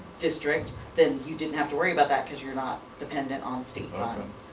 district then you didn't have to worry about that because you're not dependent on state funds.